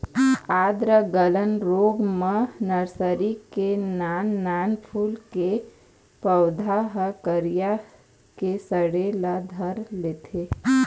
आद्र गलन रोग म नरसरी के नान नान फूल के पउधा ह करिया के सड़े ल धर लेथे